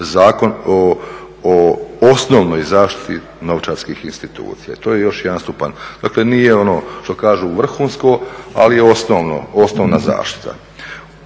Zakon o osnovnoj zaštiti novčarskih institucija. To je još jedan stupanj. Dakle nije ono što kažu vrhunsko ali je osnovna zaštita.